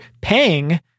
paying